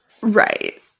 Right